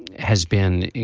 has been